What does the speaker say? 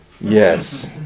Yes